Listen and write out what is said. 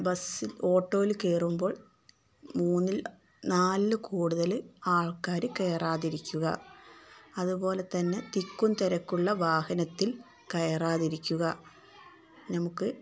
ബസ്സിൽ ഓട്ടോയില് കയറുമ്പോൾ മൂന്നിൽ നാലില് കൂടുതല് ആൾക്കാര് കയറാതിരിക്കുക അതുപോലെ തന്നെ തിക്കും തിരക്കുമുള്ള വാഹനത്തിൽ കയറാതിരിക്കുക നമുക്ക്